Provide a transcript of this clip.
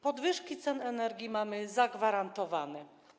Podwyżki cen energii mamy zagwarantowane.